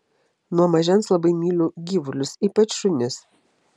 nuo mažens labai myliu gyvulius ypač šunis